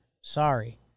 Sorry